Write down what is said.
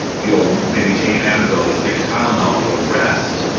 you'll maybe take an advil. you'll take a tylenol. you'll rest.